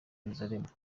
yerusalemu